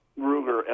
Ruger